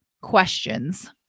questions